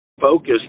focus